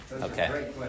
Okay